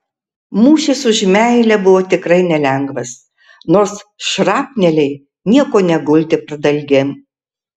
mūšis už meilę buvo tikrai nelengvas nors šrapneliai nieko neguldė pradalgėm